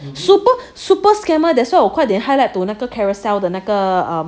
super super scammer that's why 我快点 highlight to 那个 Carousell 的那个 um